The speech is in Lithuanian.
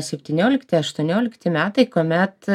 septyniolikti aštuoniolikti metai kuomet